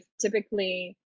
typically